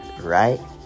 Right